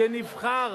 שנבחר,